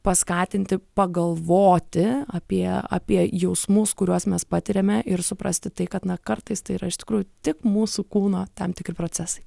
paskatinti pagalvoti apie apie jausmus kuriuos mes patiriame ir suprasti tai kad na kartais tai yra iš tikrųjų tik mūsų kūno tam tikri procesai